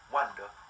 Wonder